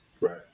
right